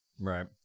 Right